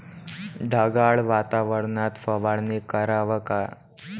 ढगाळ वातावरनात फवारनी कराव का?